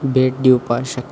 भेट दिवपाक शकता